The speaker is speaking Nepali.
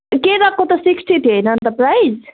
केराको त सिक्सटी थियो होइन अन्त प्राइस